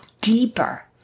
deeper